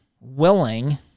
willing